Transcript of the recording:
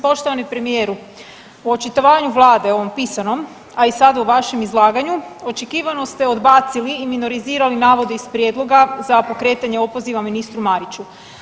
Poštovani premijeru, u očitovanju vlade u ovom pisanom, a i sada u vašem izlaganju očekivano ste odbacili i miniorizirali navode iz prijedloga za pokretanje opoziva ministru Mariću.